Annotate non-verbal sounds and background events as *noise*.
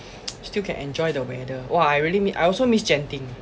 *noise* still can enjoy the weather !wah! I really mi~ I also miss genting